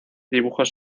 dibujos